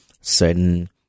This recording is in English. certain